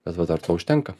bet vat ar to užtenka